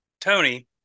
Tony